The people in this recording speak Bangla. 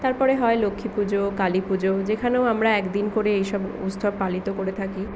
তারপরে হয় লক্ষ্মীপুজো কালীপুজো যেখানেও আমরা একদিন করে এইসব উৎসব পালিত করে থাকি